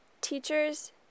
teachers